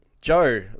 Joe